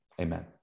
amen